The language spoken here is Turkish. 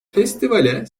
festivale